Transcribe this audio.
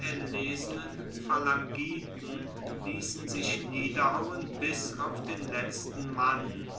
erlesenen phalangiten liessen sich niederhauen bis auf den letzten mann